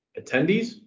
attendees